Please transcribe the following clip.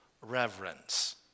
reverence